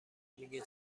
میگه